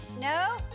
no